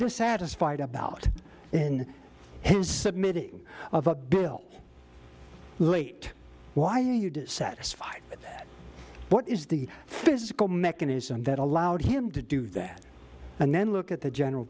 dissatisfied about in his submitting of a bill late why you dissatisfied what is the physical mechanism that allowed him to do that and then look at the general